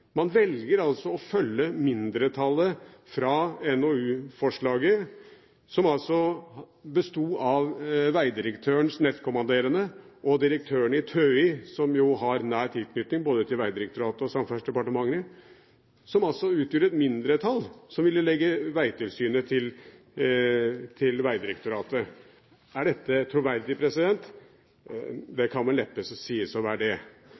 Man velger altså å følge mindretallet fra NOU-forslaget, som altså besto av vegdirektørens nestkommanderende og direktøren i TØI, som jo har nær tilknytning både til Vegdirektoratet og til Samferdselsdepartementet, og som altså utgjør et mindretall som ville legge vegtilsynet til Vegdirektoratet. Er dette troverdig? Det kan vel neppe sies å være det.